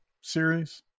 series